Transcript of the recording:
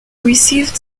received